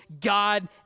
God